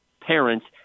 parents